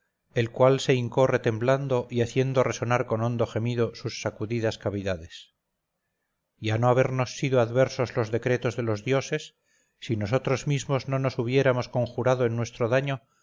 el cual se hincó retemblando y haciendo resonar con hondo gemido sus sacudidas cavidades y a no habernos sido adversos los decretos de los dioses si nosotros mismos no nos hubiéramos conjurado en nuestro daño